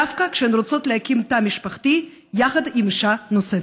דווקא כשהן רוצות להקים תא משפחתי יחד עם אישה נוספת.